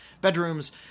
bedrooms